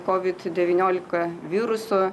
covid devyniolika viruso